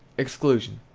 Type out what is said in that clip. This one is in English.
exclusion.